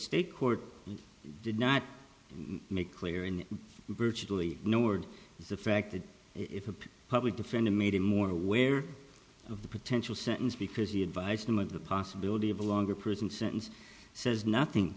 state court did not make clear and brutally no word the fact that if a public defender made it more aware of the potential sentence because he advised them of the possibility of a longer prison sentence says nothing